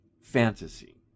fantasy